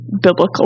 biblical